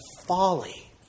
folly